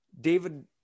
David